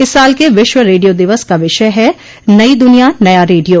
इस साल के विश्व रेडियो दिवस का विषय है नई दुनिया नया रेडियो